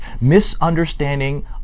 misunderstanding